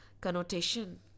connotation